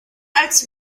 als